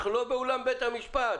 אנחנו לא באולם בית המשפט.